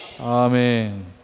Amen